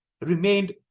remained